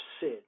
sid